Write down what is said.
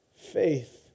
Faith